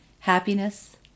Happiness